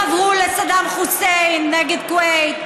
חברו לסדאם חוסיין נגד כווית,